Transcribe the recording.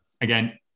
again